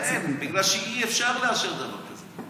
אין, בגלל שאי-אפשר לאשר דבר כזה.